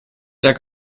der